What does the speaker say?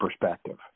perspective